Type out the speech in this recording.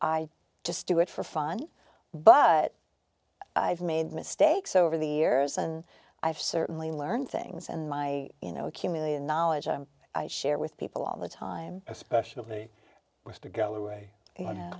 i just do it for fun but i've made mistakes over the years and i've certainly learned things and my you know accumulated knowledge i share with people all the time especially with to go away